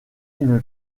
une